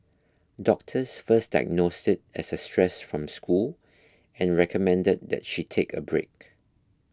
doctors first diagnosed it as a stress from school and recommended that she take a break